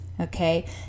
okay